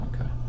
okay